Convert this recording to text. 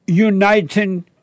uniting